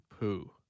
poo